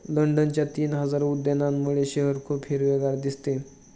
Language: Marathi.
लंडनच्या तीन हजार उद्यानांमुळे शहर खूप हिरवेगार दिसते